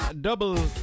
double